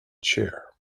chair